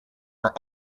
are